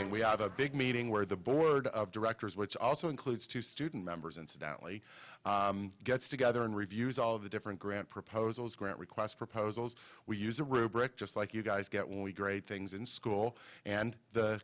and we have a big meeting where the board of directors which also includes two student members incidentally gets together and reviews all of the different grant proposals grant requests proposals we use a rubric just like you guys get when we grade things in school and